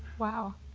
wow!